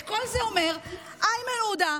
את כל זה אומר איימן עודה,